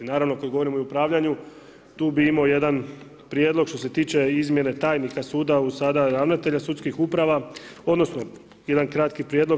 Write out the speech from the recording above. Naravno, kad govorimo i o upravljanju, tu bi imao jedan prijedlog što se tiče izmjene tajnika suda u sada ravnatelja sudskih uprava, odnosno jedan kratki prijedlog.